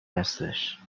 هستش